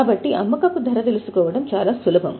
కాబట్టి అమ్మకపు ధర తెలుసుకోవడం చాలా సులభం